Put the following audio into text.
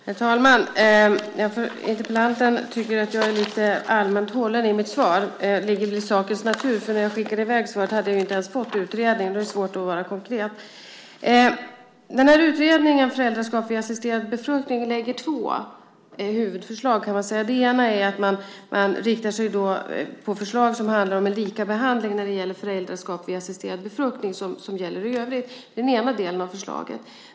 Herr talman! Interpellanten tycker att texten är allmänt hållen i mitt svar. Det ligger väl i sakens natur, för när jag skickade i väg svaret hade jag inte ens fått utredningen. Då är det svårt att vara konkret. Utredningen om föräldraskap vid assisterad befruktning lägger fram två huvudförslag, kan man säga. Det ena är att man inriktar sig på förslag som handlar om likabehandling av föräldraskap vid assisterad befruktning och föräldraskap i övrigt. Det är den ena delen av förslaget.